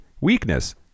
weakness